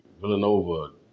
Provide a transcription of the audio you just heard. Villanova